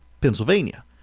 pennsylvania